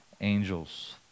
angels